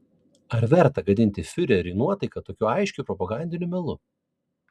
ar verta gadinti fiureriui nuotaiką tokiu aiškiu propagandiniu melu